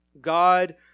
God